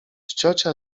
ciocia